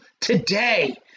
today